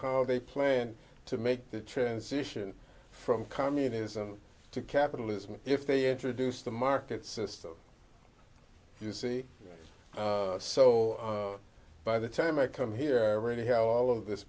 how they plan to make the transition from communism to capitalism if they introduce the market system you see so by the time i come here i really have all of this